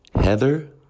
Heather